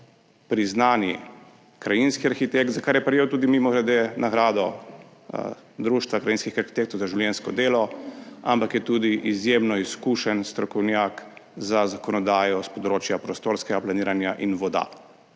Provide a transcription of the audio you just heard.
priznani krajinski arhitekt, za kar je prejel tudi mimogrede nagrado Društva krajinskih arhitektov za življenjsko delo, ampak je tudi izjemno izkušen strokovnjak za zakonodajo s področja prostorskega planiranja in voda,